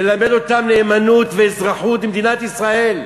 ללמד אותם נאמנות ואזרחות במדינת ישראל.